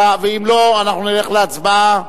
ואם לא, אנחנו נלך להצבעה,